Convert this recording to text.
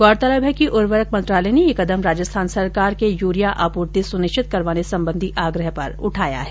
गौरतलब है कि उर्वरक मंत्रालय ने यह कदम राजस्थान सरकार के यूरिया आपूर्ति सुनिश्चित करवाने सम्बन्धी आग्रह पर उठाया है